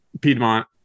Piedmont